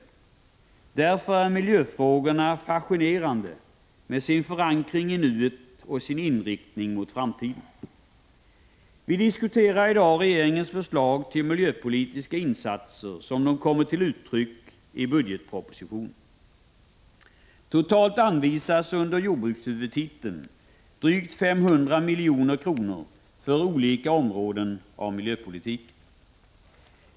155 Därför är miljöfrågorna fascinerande med sin förankring i nuet och sin inriktning mot framtiden. Vi diskuterar i dag regeringens förslag till miljöpolitiska insatser, som de kommer till uttryck i budgetpropositionen. Totalt anvisas under jordbrukshuvudtiteln drygt 500 milj.kr. för olika områden av miljöpolitiken.